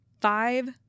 five